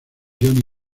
johnny